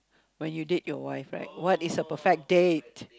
when you date your wife right what is the perfect date